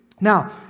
Now